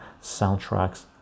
soundtracks